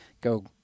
go